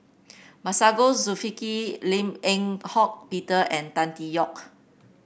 Masagos Lim Eng Hock Peter and Tan Tee Yoke